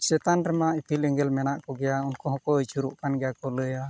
ᱪᱮᱛᱟᱱ ᱨᱮᱢᱟ ᱤᱯᱤᱞ ᱮᱸᱜᱮᱞ ᱢᱮᱱᱟᱜ ᱠᱚᱜᱮᱭᱟ ᱩᱱᱠᱩ ᱦᱚᱸᱠᱚ ᱟᱹᱪᱩᱨᱚᱜ ᱠᱟᱱᱜᱮᱭᱟ ᱠᱚ ᱞᱟᱹᱭᱟ